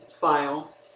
file